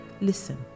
listen